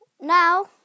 now